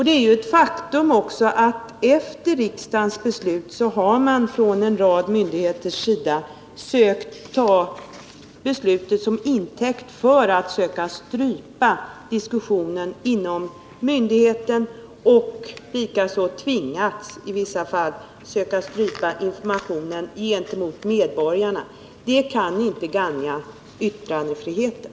Det är ett faktum också att efter riksdagens beslut en rad myndigheter har tagit beslutet som intäkt för att söka strypa diskussionen inom myndigheten och i vissa fall också att söka strypa informationen gentemot medborgarna. Det kan inte gagna yttrandefriheten.